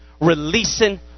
releasing